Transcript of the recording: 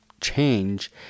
change